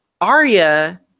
Arya